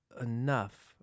enough